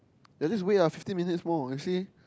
let's just wait ah fifteen minutes more you see